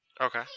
okay